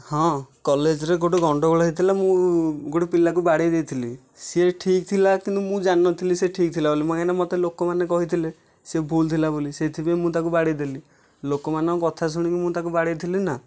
ହଁ କଲେଜରେ ଗୋଟେ ଗଣ୍ଡଗୋଳ ହେଇଥିଲା ମୁଁ ଗୋଟିଏ ପିଲାକୁ ବାଡ଼େଇ ଦେଇଥିଲି ସିଏ ଠିକ୍ ଥିଲା କିନ୍ତୁ ମୁଁ ଜାଣିନଥିଲି କି ସେ ଠିକ୍ ଥିଲା ବୋଲି ମୁଁ କାହିଁକି ନା ମୋତେ ଲୋକମାନେ କହିଥିଲେ ସେ ଭୁଲ୍ ଥିଲା ବୋଲି ସେଇଥିପାଇଁ ମୁଁ ତାକୁ ବାଡ଼େଇ ଦେଲି ଲୋକମାନଙ୍କ କଥା ଶୁଣିକି ମୁଁ ତାକୁ ବାଡ଼େଇଥିଲି ନା